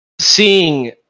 seeing